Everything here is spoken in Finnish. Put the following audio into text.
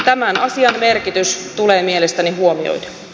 tämän asian merkitys tulee mielestäni huomioida